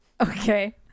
Okay